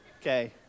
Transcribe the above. Okay